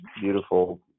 Beautiful